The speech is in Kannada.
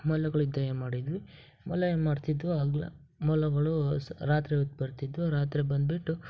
ಮೊಲಗಳದ್ದು ಏನು ಮಾಡಿದ್ವಿ ಮೊಲ ಏನು ಮಾಡ್ತಿದ್ದವು ಹಗ್ಲು ಮೊಲಗಳು ಸ್ ರಾತ್ರಿ ಹೊತ್ತ್ ಬರ್ತಿದ್ದವು ರಾತ್ರಿ ಬಂದುಬಿಟ್ಟು